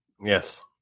Yes